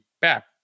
back